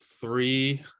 three